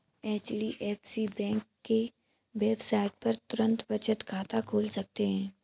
HDFC bank के website पर तुरंत बचत खाता खोल सकते है